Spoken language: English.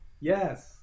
yes